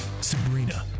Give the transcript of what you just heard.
Sabrina